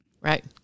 Right